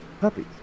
puppies